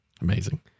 Amazing